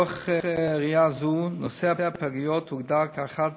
מתוך ראייה זו, נושא הפגיות הוגדר כאחת